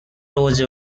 toes